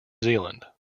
zealand